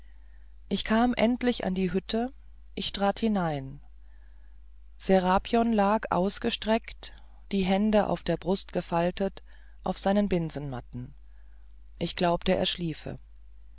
ich kam endlich an die hütte ich trat hinein serapion lag ausgestreckt die hände auf der brust gefaltet auf seinen binsenmatten ich glaubte daß er schliefe